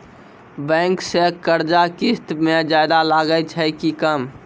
Bank के कर्जा किस्त मे ज्यादा लागै छै कि कम?